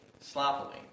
sloppily